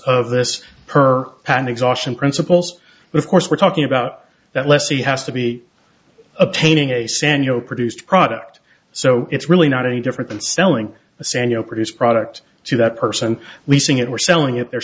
of this per pan exhaustion principles of course we're talking about that lessee has to be obtaining a saniel produced product so it's really not any different than selling a sandow produce product to that person leasing it or selling it they're